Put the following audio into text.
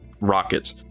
rocket